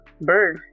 Bird